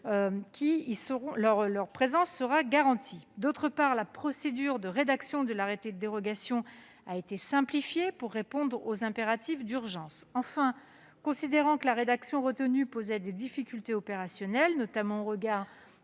membres de l'opposition. Ensuite, la procédure de rédaction de l'arrêté de dérogation a été simplifiée pour répondre aux impératifs d'urgence. Par ailleurs, considérant que la rédaction retenue posait des difficultés opérationnelles, notamment au regard